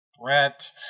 Brett